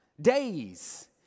days